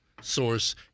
source